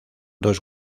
dos